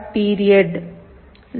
period motor